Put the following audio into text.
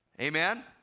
Amen